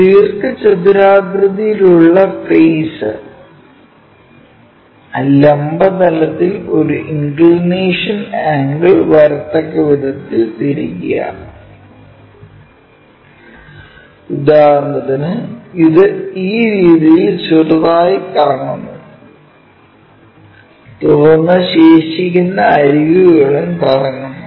ഈ ദീർഘചതുരാകൃതിയിലുള്ള ഫെയ്സ് ലംബ തലത്തിൽ ഒരു ഇൻക്ക്ളിനേഷൻ ആംഗിൾ വരത്തക്ക വിധത്തിൽ തിരിക്കുക ഉദാഹരണത്തിന് ഇത് ഈ രീതിയിൽ ചെറുതായി കറങ്ങുന്നു തുടർന്ന് ശേഷിക്കുന്ന അരികുകളും കറങ്ങുന്നു